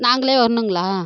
நாங்களே வரனுங்களா